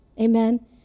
Amen